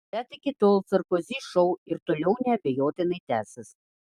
bet iki tol sarkozy šou ir toliau neabejotinai tęsis